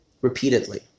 repeatedly